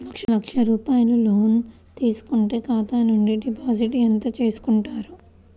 ఒక లక్ష రూపాయలు లోన్ తీసుకుంటే ఖాతా నుండి డిపాజిట్ ఎంత చేసుకుంటారు?